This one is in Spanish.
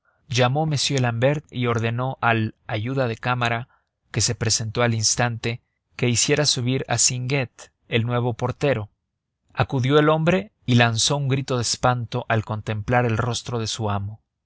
al ayuda de cámara que se presentó al instante que hiciera subir a singuet el nuevo portero acudió el hombre y lanzó un grito de espanto al contemplar el rostro de su amo